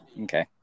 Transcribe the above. Okay